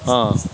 ఆ